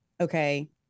Okay